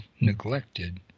neglected